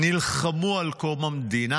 נלחמו על קום המדינה.